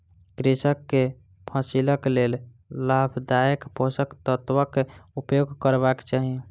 कृषक के फसिलक लेल लाभदायक पोषक तत्वक उपयोग करबाक चाही